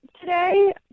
today